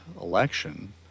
election